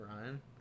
Ryan